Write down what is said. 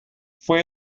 fue